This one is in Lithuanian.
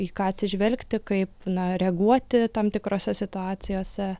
į ką atsižvelgti kaip reaguoti tam tikrose situacijose